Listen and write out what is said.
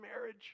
marriage